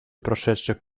прошедших